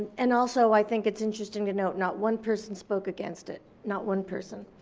and also i think it's interesting to note, not one person spoke against it. not one person.